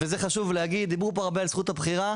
וזה חשוב להגיד דיברו פה הרבה על זכות הבחירה,